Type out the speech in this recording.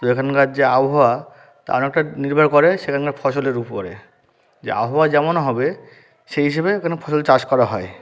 এখানকার যে আবহাওয়া তার অনেকটা নির্ভর করে সেখানের ফসলের উপরে যে আবহাওয়া যেমন হবে সেই হিসেবে যেন ফসল চাষ করা হয়